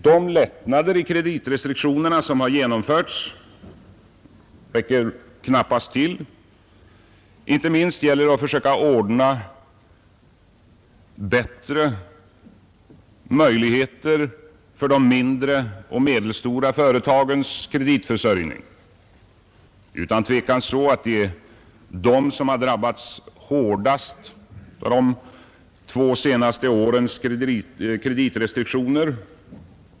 De lättnader i kreditrestriktionerna som genomförts räcker knappast till. Inte minst gäller det att försöka ordna bättre möjligheter för de mindre och medelstora företagens kreditförsörjning. Utan tvivel har dessa företag drabbats hårdast av de två senaste årens kreditrestriktioner.